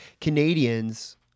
canadians